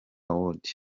awards